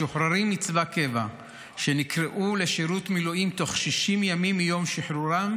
משוחררים מצבא קבע שנקראו לשירות מילואים תוך 60 ימים מיום שחרורם,